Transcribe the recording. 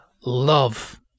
love